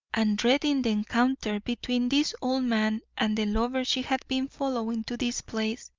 and dreading the encounter between this old man and the lover she had been following to this place,